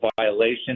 violation